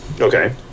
Okay